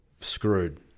screwed